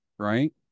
Right